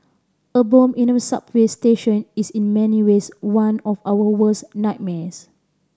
a bomb in a way subway station is in many ways one of our worst nightmares